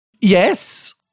yes